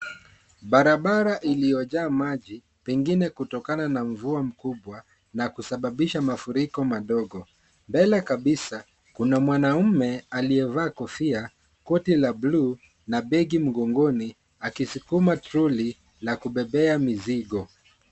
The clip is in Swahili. Barabara iliyojaa maji, pengine kutokana na mvua mkubwa, na kusababisha mafuriko madogo. Mbele kabisa, kuna mwanaume aliyevaa kofia, koti la bluu, na begi mgongoni, akisikuma troli la kubebea mizigo.